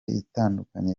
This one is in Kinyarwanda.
itandukanye